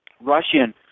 Russian